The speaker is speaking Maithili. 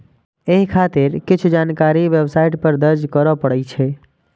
एहि खातिर किछु जानकारी वेबसाइट पर दर्ज करय पड़ै छै